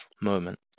moment